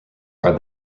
are